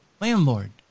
landlord